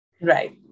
Right